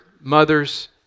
mothers